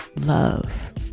love